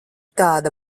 tāda